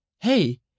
Hey